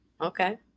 Okay